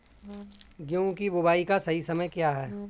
गेहूँ की बुआई का सही समय क्या है?